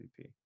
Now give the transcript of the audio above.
MVP